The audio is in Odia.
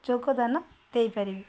ଯୋଗଦାନ ଦେଇପାରିବେ